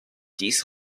dies